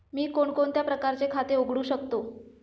मी कोणकोणत्या प्रकारचे खाते उघडू शकतो?